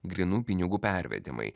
grynų pinigų pervedimai